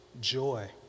joy